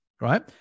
Right